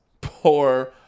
Poor